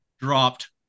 dropped